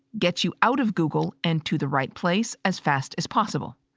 get you out of google and to the right place as fast as possible,